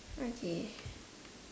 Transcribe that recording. okay